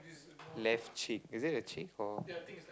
left cheek is it a cheek or